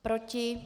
Proti?